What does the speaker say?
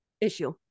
issue